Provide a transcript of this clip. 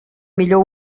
millor